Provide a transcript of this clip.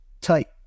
tight